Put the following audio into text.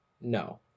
No